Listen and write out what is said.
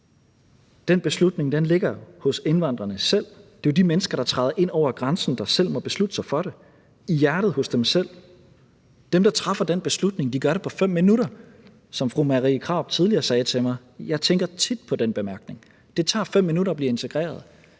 Den beslutning ligger hos indvandrerne selv; det er jo de mennesker, der træder ind over grænsen, der selv må beslutte sig for det, i hjertet hos dem selv. Dem, der træffer den beslutning, gør det på 5 minutter. Som fru Marie Krarup tidligere sagde til mig, og jeg tænker tit på den bemærkning: Det tager 5 minutter at blive integreret.